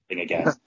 again